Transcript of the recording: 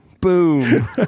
Boom